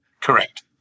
Correct